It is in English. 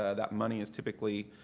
ah that money is typically,